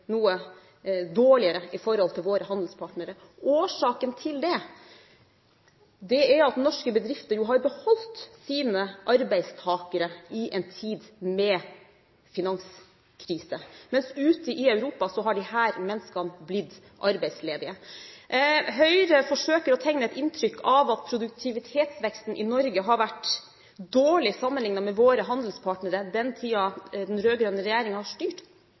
noe dårligere enn hos våre handelspartnere. Årsaken til det er at norske bedrifter har beholdt sine arbeidstakere i en tid med finanskrise, mens man ute i Europa har blitt arbeidsledige. Høyre forsøker å gi inntrykk av at produktivitetsveksten i Norge har vært dårlig sammenliknet med våre handelspartnere den tiden den rød-grønne regjeringen har styrt.